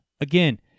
Again